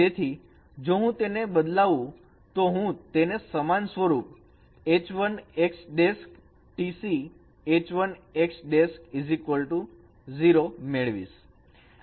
તેથી જો હું તેને બદલાવું તો હું તેને સમાન સ્વરૂપ H 1 X T CH 1 X 0 મેળવીશ